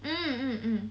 mm mm